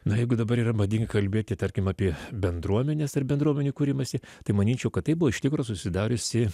na jeigu dabar yra madinga kalbėti tarkim apie bendruomenes ir bendruomenių kūrimąsi tai manyčiau kad tai buvo iš tikro susidariusi